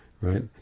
Right